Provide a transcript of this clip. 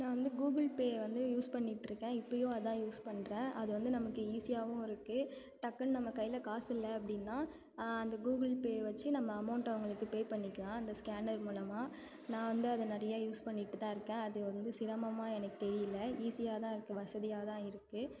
நான் வந்து கூகுள் பேயை வந்து யூஸ் பண்ணிட்டுருக்கேன் இப்பையும் அதான் யூஸ் பண்ணுறேன் அது வந்து நமக்கு ஈசியாகவும் இருக்கு டக்குன்னு நம்ம கையில் காசு இல்லை அப்படின்னா அந்த கூகுள் பேயை வச்சு நம்ம அமௌண்ட்டை அவங்களுக்கு பே பண்ணிக்கலாம் அந்த ஸ்கேனர் மூலமாக நான் வந்து அதை நிறையா யூஸ் பண்ணிகிட்டு தான் இருக்கேன் அது வந்து சிரமமாக எனக்கு தெரியல ஈஸியாக தான் இருக்கு வசதியாக தான் இருக்கு